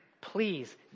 please